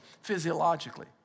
physiologically